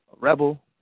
rebel